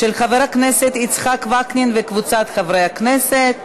של חבר הכנסת יצחק וקנין וקבוצת חברי הכנסת.